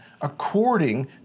according